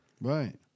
Right